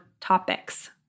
topics